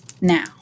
now